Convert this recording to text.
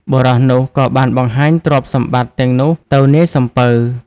បុរសនោះក៏បានបង្ហាញទ្រព្យសម្បត្តិទាំងនោះទៅនាយសំពៅ។